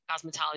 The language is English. cosmetology